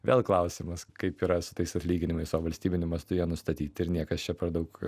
vėl klausimas kaip yra su tais atlyginimais o valstybiniu mastu jie nustatyti ir niekas čia per daug